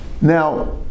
Now